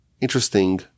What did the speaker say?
interesting